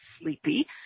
sleepy